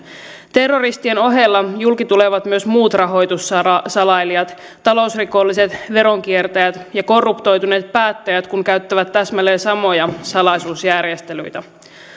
terroristien ohella julki tulevat myös muut rahoitussalailijat talousrikolliset veronkiertäjät ja korruptoituneet päättäjät jotka käyttävät täsmälleen samoja salaisuusjärjestelyitä